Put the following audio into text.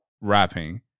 rapping